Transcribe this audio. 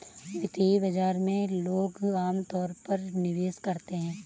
वित्तीय बाजार में लोग अमतौर पर निवेश करते हैं